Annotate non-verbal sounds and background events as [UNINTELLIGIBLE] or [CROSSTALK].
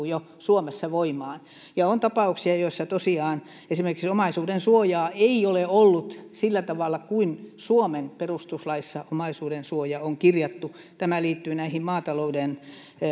[UNINTELLIGIBLE] jo sellaisenaan astuvat suomessa voimaan on tapauksia joissa tosiaan esimerkiksi omaisuudensuojaa ei ole ollut sillä tavalla kuin suomen perustuslaissa omaisuudensuoja on kirjattu tämä liittyy näihin maatalouden